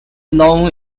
known